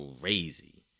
crazy